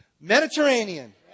Mediterranean